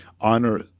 Honor